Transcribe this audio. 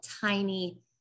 tiny